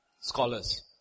scholars